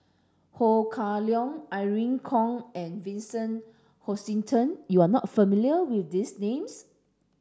Ho Kah Leong Irene Khong and Vincent Hoisington you are not familiar with these names